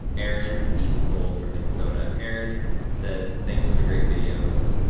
aaron eastvold from minnesota. aaron says, thanks for the great videos.